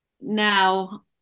now